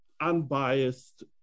unbiased